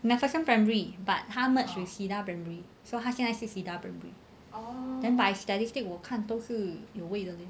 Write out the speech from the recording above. macpherson primary but 他 merged with cedar primary so 他现在是 cedar primary then by statistic 我看都是有位的 leh